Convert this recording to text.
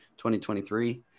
2023